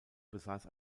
besaß